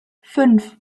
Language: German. fünf